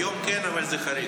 היום כן, אבל זה חריג.